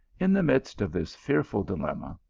in the midst of this fearful dilemma,